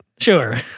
sure